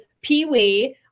peewee